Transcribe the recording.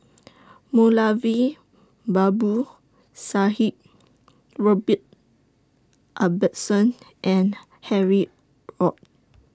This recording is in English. Moulavi Babu Sahib Robert Ibbetson and Harry ORD